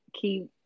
keep